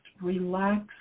relax